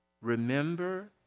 Remember